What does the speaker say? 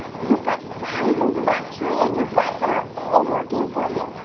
but you've got thousands of bacteria in your gut that are all working for you.